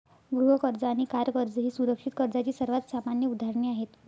गृह कर्ज आणि कार कर्ज ही सुरक्षित कर्जाची सर्वात सामान्य उदाहरणे आहेत